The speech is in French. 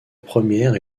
première